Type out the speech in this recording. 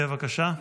בבקשה.